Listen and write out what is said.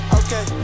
okay